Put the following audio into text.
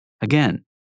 Again